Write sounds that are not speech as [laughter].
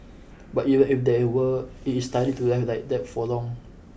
[unintelligible] even if there were it is tiring to drive like that for long